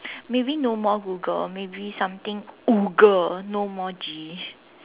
maybe no more Google maybe something Woogle no more G